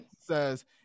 says